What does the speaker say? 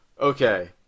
okay